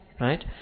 right